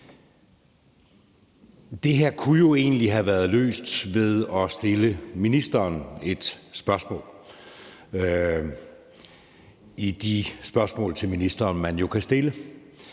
Det her kunne jo egentlig have været løst ved at stille ministeren et spørgsmål, ligesom man gør det i de spørgsmål til ministrene, som man kan stille,